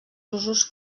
usos